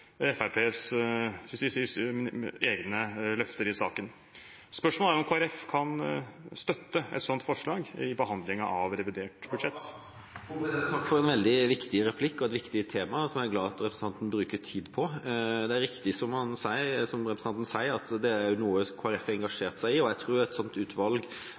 egne løfter i saken. Spørsmålet er om Kristelig Folkeparti kan støtte et slikt forslag i behandlingen av revidert budsjett? Takk for en veldig viktig replikk og et viktig tema, som jeg er glad for at representanten bruker tid på. Det er riktig som representanten sier, at dette er noe som Kristelig Folkeparti har engasjert seg i, og jeg tror et slikt utvalg